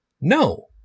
no